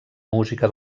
música